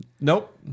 Nope